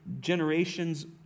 generations